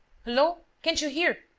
hullo. can't you hear.